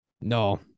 No